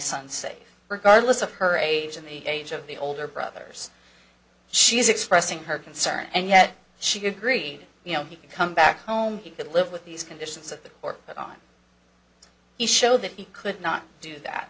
son safe regardless of her age and the age of the older brothers she is expressing her concern and yet she agreed you know he could come back home he could live with these conditions at the court but on the show that he could not do that